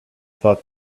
thought